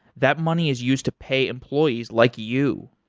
that money is used to pay employees like you.